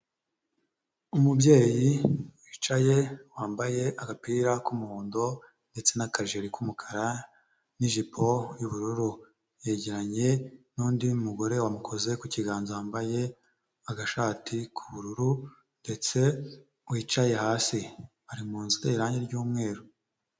Umubyeyi wicaye wambaye agapira k'umuhondo ndetse n'akajeri k'umukara n'ijipo y'ubururu, yegeranye n'undi mugore wamukoze ku kiganza wambaye agashati k'ubururu ndetse wicaye hasi ari munzu iteye irangi ry'umweru.